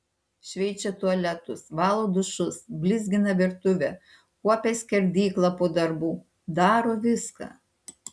šveičia tualetus valo dušus blizgina virtuvę kuopia skerdyklą po darbų daro viską